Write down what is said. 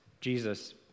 Jesus